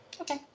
okay